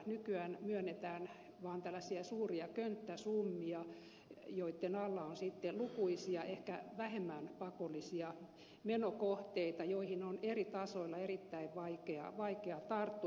nykyään myönnetään vaan tällaisia suuria könttäsummia joitten alla on sitten lukuisia ehkä vähemmän pakollisia menokohteita joihin on eri tasoilla erittäin vaikea tarttua